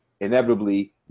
Inevitably